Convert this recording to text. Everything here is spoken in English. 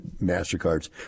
MasterCards